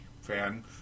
fan